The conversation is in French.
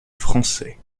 français